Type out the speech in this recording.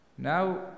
now